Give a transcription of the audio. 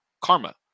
karma